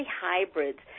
hybrids